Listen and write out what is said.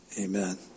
Amen